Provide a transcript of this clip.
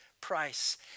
price